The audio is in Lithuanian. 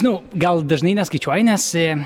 nu gal dažnai neskaičiuoju nes